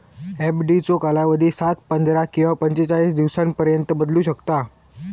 एफडीचो कालावधी सात, पंधरा किंवा पंचेचाळीस दिवसांपर्यंत बदलू शकता